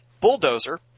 Bulldozer